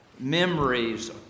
memories